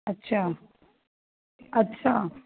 ਅੱਛਾ ਅੱਛਾ